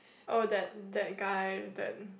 oh that that guy that